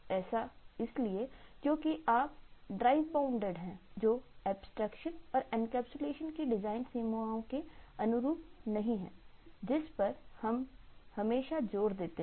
ऐसा इसलिए क्योंकि आप ड्राइव बाउंडेड हैं जो एब्सट्रैक्शन और इनकैप्सुलेशन की डिज़ाइन सीमाओं के अनुरूप नहीं है जिस पर हम हमेशा जोर देते हैं